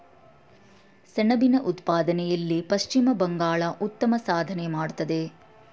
ಸೆಣಬಿನ ಉತ್ಪಾದನೆಯಲ್ಲಿ ಪಶ್ಚಿಮ ಬಂಗಾಳ ಉತ್ತಮ ಸಾಧನೆ ಮಾಡತ್ತದೆ